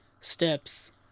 steps